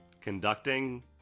conducting